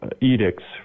edicts